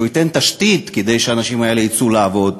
אלא שהוא גם ייתן תשתית כדי שהאנשים האלה יצאו לעבוד.